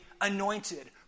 anointed